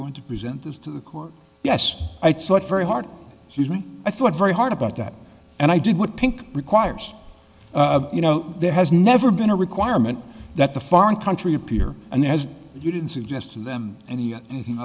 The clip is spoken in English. going to present this to the court yes i thought very hard she's right i thought very hard about that and i did what pink requires you know there has never been a requirement that the foreign country appear and as you didn't suggest to them any of anything